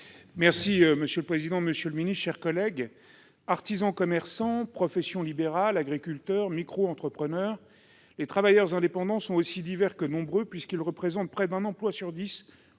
Monsieur le président, monsieur le secrétaire d'État, artisans, commerçants, professions libérales, agriculteurs, micro-entrepreneurs : les travailleurs indépendants sont aussi divers que nombreux puisqu'ils représentent près d'un emploi sur dix